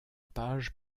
page